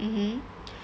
mmhmm